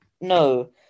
no